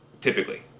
typically